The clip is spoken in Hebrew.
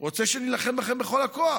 רוצה שנילחם בכם בכל הכוח,